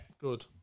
Good